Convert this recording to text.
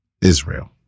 Israel